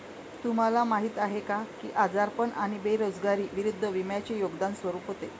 तुम्हाला माहीत आहे का की आजारपण आणि बेरोजगारी विरुद्ध विम्याचे योगदान स्वरूप होते?